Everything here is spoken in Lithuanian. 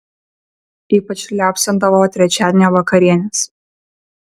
ypač liaupsindavo trečiadienio vakarienes